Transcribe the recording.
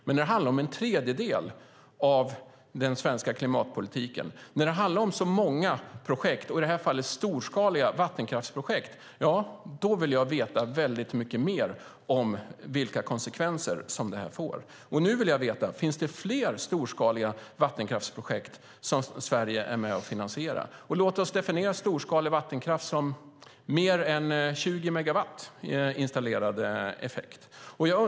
Men när det handlar om en tredjedel av den svenska klimatpolitiken och om många storskaliga vattenkraftsprojekt vill jag veta väldigt mycket mer om vilka konsekvenser det får. Finns det fler storskaliga vattenkraftsprojekt som Sverige är med och finansierar? Låt oss definiera storskalig vattenkraft som mer än 20 megawatt installerad effekt.